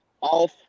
off